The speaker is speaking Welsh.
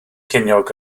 ceiniog